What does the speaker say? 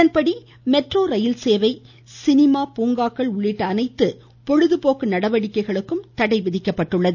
இதன்படி மெட்ரோ ரயில்சேவை சினிமா பூங்காக்கள் உள்ளிட்ட அனைத்து பொழுதுபோக்கு நடவடிக்கைகளுக்கும் தடை விதிக்கப்பட்டுள்ளது